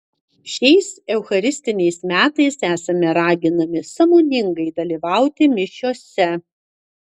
šiais eucharistiniais metais esame raginami sąmoningai dalyvauti mišiose